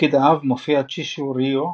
בתפקיד האב מופיע צ'ישו ריו,